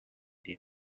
need